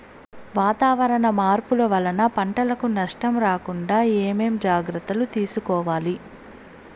వాతావరణ మార్పులు వలన పంటలకు నష్టం రాకుండా ఏమేం జాగ్రత్తలు తీసుకోవల్ల?